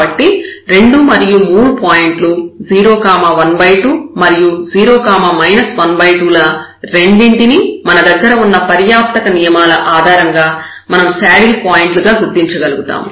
కాబట్టి రెండు మరియు మూడు పాయింట్లు 012 మరియు 0 12 ల రెండింటిని మన దగ్గర ఉన్న పర్యాప్తక నియమాల ఆధారంగా మనం శాడిల్ పాయింట్లు గా గుర్తించగలుగుతాము